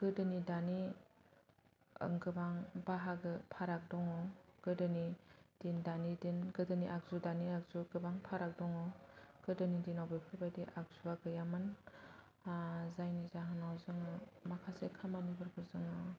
गोदोनि दानि गोबां बाहागो फाराग दङ गोदोनि दिन दानि दिन गोदोनि आगजु दानि आगजु गोबां फाराग दङ गोदोनि दिनाव बेफोर बायदि आगजुआ गैयामोन जायनि जाहोनाव जोङो माखासे खामानि फोरखौ जोङो